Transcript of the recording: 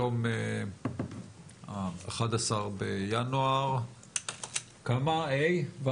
היום ה-11 בינואר, ט'